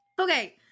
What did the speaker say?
Okay